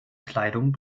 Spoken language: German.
kleidung